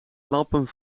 lampen